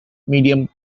medium